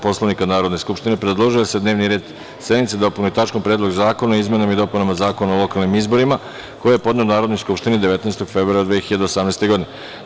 Poslovnika Narodne skupštine, predložio je da se dnevni red sednice dopuni tačkom – Predlog zakona o izmenama i dopunama Zakona o lokalnim izborima, koji je podneo Narodnoj skupštini 19. februara 2018. godine.